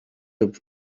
lub